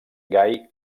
gai